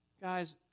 Guys